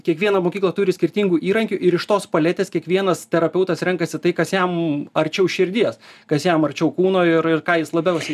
kiekviena mokykla turi skirtingų įrankių ir iš tos paletės kiekvienas terapeutas renkasi tai kas jam arčiau širdies kas jam arčiau kūno ir ir ką jis labiausiai